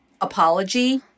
apology